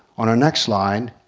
on our next slide,